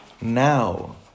now